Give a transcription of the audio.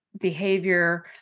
behavior